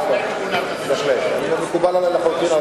בהחלט, זה מקובל עלי לחלוטין.